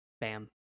Bam